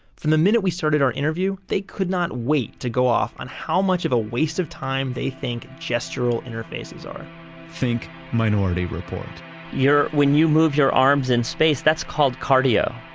from the minute we started our interview, they could not wait to go off on how much of a waste of time they think gestural interfaces are think minority report when you move your arms in space, that's called cardio.